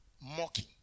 mocking